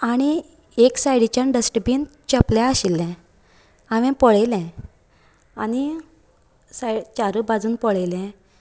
आनी एक सायडीच्यान डस्टबीन चेपलें आशिल्लें हांवेन पळयले आनी साय चारूय बाजून पळयलें